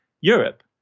Europe